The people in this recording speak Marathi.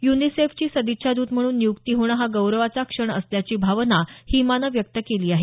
यूनिसेफची सदिच्छाद्त म्हणून निय्क्ती होणं हा गौरवाचा क्षण असल्याची भावना हिमानं व्यक्त केली आहे